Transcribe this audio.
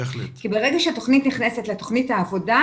ברגע שתוכנית נכנסת לתוכנית העבודה,